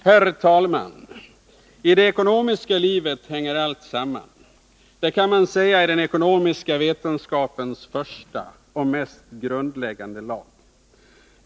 Herr talman! I det ekonomiska livet hänger allt samman. Det kan man säga är den ekonomiska vetenskapens första och mest grundläggande lag.